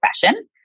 fashion